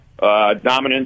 Dominant